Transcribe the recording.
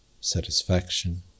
Satisfaction